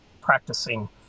practicing